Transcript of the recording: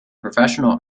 professional